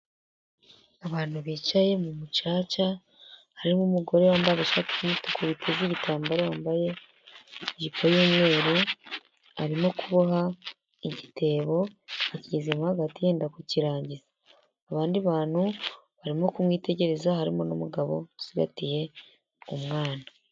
Abantu bicaye mu mucaca, harimo umugore wambaye agashati k'umutuku witeze igitambaro, wambaye ijipo y'umweru, arimo kuboha igiteboakigezemo hagati yenda kukirangiza, abandi bantu barimo kumwitegereza harimo n'umugabo usigagatiye umwana.